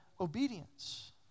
obedience